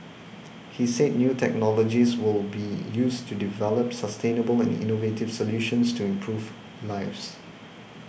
he said new technologies will be used to develop sustainable and innovative solutions to improve lives